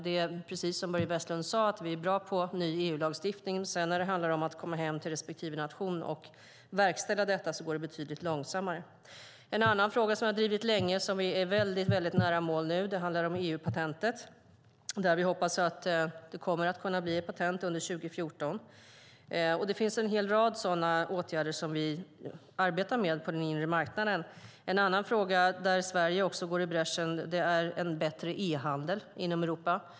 Det är precis som Börje Vestlund sade: Vi är bra på ny EU-lagstiftning, men när det sedan handlar om att komma hem till respektive nation och verkställa detta går det betydligt långsammare. En annan fråga jag har drivit länge och som nu är väldigt nära mål handlar om EU-patentet. Där hoppas vi att det kommer att kunna bli ett patent under 2014. Det finns en hel rad sådana åtgärder som vi arbetar med på den inre marknaden. Ytterligare en fråga, där Sverige också går i bräschen, är den om bättre e-handel inom Europa.